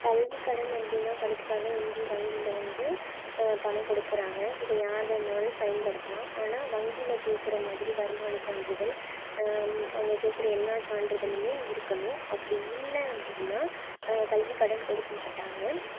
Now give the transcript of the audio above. கல்விக் கடன் அப்படினா படிப்புக்காக இந்திய வங்கியில் வந்து பணம் கொடுக்குறாங்க இதை யார் வேணாலும் பயன்படுத்தலாம் ஆனால் வங்கியில் கேக்கிற மாதிரி வருமான சான்றிதழ் அவங்க கேக்கிற எல்லா சான்றிதழும் இருக்கணும் அப்படி இல்லை அப்படின்னா கல்விக் கடன் கொடுக்கமாட்டாங்க